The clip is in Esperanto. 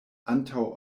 antaŭ